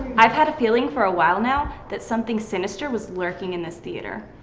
i've had a feeling for awhile now that something sinister was lurking in this theatre.